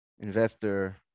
Investor